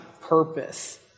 purpose